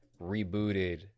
rebooted